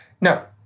Now